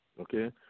Okay